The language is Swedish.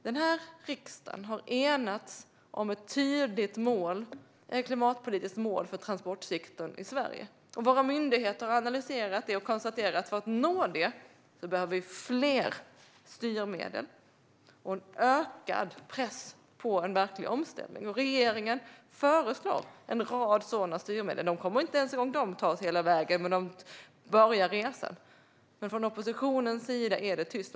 Den här riksdagen har enats om ett tydligt klimatpolitiskt mål för transportsektorn i Sverige. Våra myndigheter har analyserat det och konstaterat att för att nå det behöver vi fler styrmedel och en ökad press på verklig omställning. Regeringen föreslår en rad sådana styrmedel. Inte ens de kommer att ta oss hela vägen, men de börjar resan. Från oppositionens sida är det tyst.